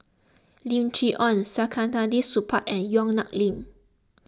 Lim Chee Onn Saktiandi Supaat and Yong Nyuk Lin